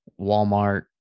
Walmart